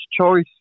Choice